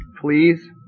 Please